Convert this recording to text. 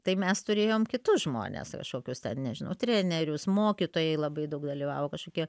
tai mes turėjom kitus žmones kažkokius ten nežinau trenerius mokytojai labai daug dalyvavo kažkokie